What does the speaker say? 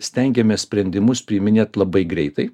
stengiamės sprendimus priiminėt labai greitai